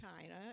China